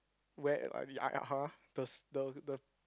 where are we ah !huh! the the the